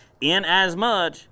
Inasmuch